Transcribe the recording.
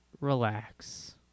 Relax